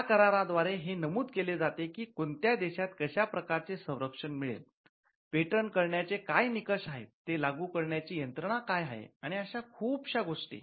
या करार द्वारे हे नमूद केले जाते कि कोणत्या देशात कश्या प्रकारचे सरंक्षण मिळेल पेटंट करण्याचे काय निकष आहेत ते लागू करण्याची यंत्रणा काय आहे आणि आश खुपश्या गोष्टी